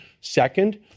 Second